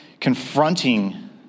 confronting